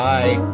Bye